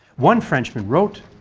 one frenchman wrote